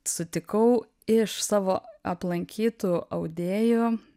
sutikau iš savo aplankytų audėjų